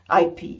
IP